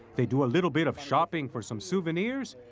they do a little bit of shopping for some souvenirs,